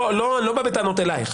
אני לא בא בטענות אליך.